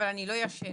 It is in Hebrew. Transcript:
אבל אני לא ישן.